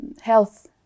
health